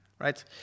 right